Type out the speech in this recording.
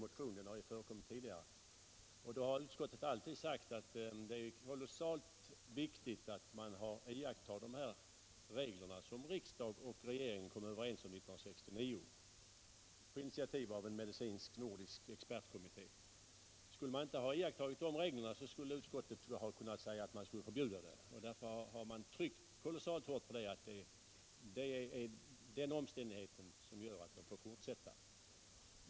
Det som är anmärkningsvärt är att utskottet då ärendet tidigare behandlats alltid uttalat att det är kolossalt viktigt att iaktta de regler som riksdag och regering kom överens om år 1969 på initiativ av en medicinsk nordisk expertkommitté. Skulle man inte ha iakttagit de reglerna, skulle ju utskottet ha kunnat säga att amatörboxningen skulle förbjudas. Därför har man tryckt ocrhört hårt på att det är den omständigheten som gör att denna boxning får fortsätta.